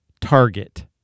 target